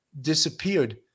disappeared